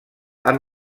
amb